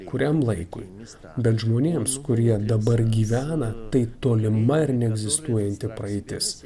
kuriam laikui bet žmonėms kurie dabar gyvena tai tolima ir neegzistuojanti praeitis